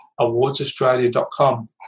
awardsaustralia.com